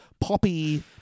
poppy